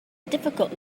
difficult